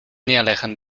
neerleggen